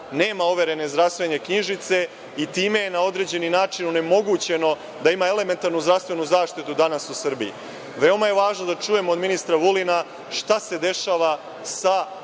nema overene zdravstvene knjižice i time je na određeni način onemogućeno da imaju elementarnu zdravstvenu zaštitu danas u Srbiji. Veoma je važno da čujemo od ministra Vulina šta se dešava sa